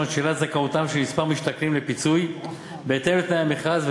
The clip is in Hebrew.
שאלת זכאותם של מספר משתכנים לפיצוי בהתאם לתנאי המכרז,